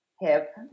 hip